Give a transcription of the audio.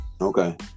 Okay